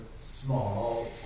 small